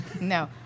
No